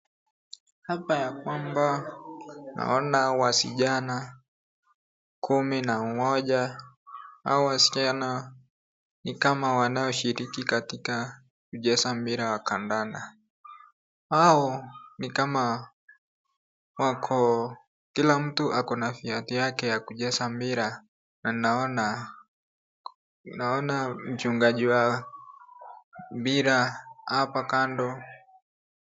Naapa ya kwamba naona wasichana kumi na mmoja. Hao wasichana ni kama wanaoshiriki katika kucheza mpira wa kandanda. Hao ni kama kila mtu akona viatu yake ya kucheza mpira na naona mchungaji wa mpira hapo kando.